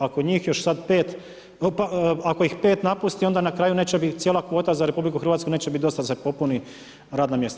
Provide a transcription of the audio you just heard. Ako njih još sad 5, ako ih 5 napusti onda na kraju neće biti cijela kvota za RH neće biti dosta da se popuni radno mjesto.